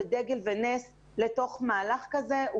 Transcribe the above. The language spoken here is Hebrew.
דגל ונס לתוך מהלך כזה.